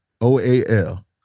O-A-L